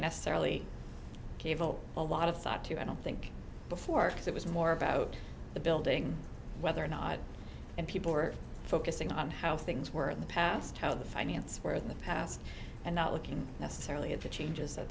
necessarily cable a lot of thought to i don't think before because it was more about the building whether or not people were focusing on how things were in the past how the finance were in the past and not looking necessarily at the changes that